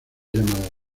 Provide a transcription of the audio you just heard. llamada